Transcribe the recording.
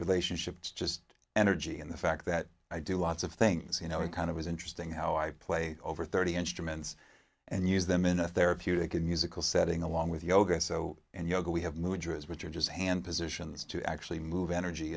relationship to just energy and the fact that i do lots of things you know it kind of is interesting how i play over thirty instruments and use them in a therapeutic and musical setting along with yoga so and yoga we have movie drives which are just hand positions to actually move energy